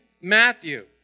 Matthew